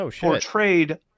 portrayed